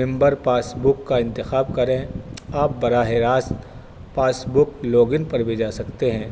ممبر passbook کا انتخاب کریں آپ براہ راست پاس بک لاگ ان پر بھی جا سکتے ہیں